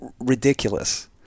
ridiculous